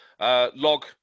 log